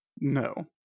no